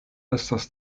estas